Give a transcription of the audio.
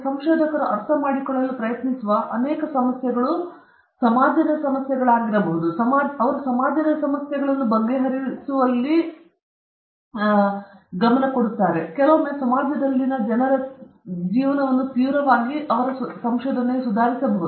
ಸಂಶೋಧಕರು ಅರ್ಥಮಾಡಿಕೊಳ್ಳಲು ಪ್ರಯತ್ನಿಸುವ ಈ ಅನೇಕ ಸಮಸ್ಯೆಗಳು ಸಮಾಜದಲ್ಲಿ ಸಮಸ್ಯೆಯನ್ನು ಬಗೆಹರಿಸುತ್ತವೆ ಅದು ಕೆಲವೊಮ್ಮೆ ಸಮಾಜದಲ್ಲಿನ ಜನರ ಜೀವನ ತೀವ್ರವಾಗಿ ಸುಧಾರಿಸಬಹುದು